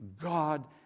God